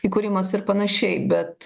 įkūrimas ir panašiai bet